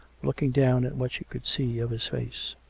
looking down at what she could see of his face.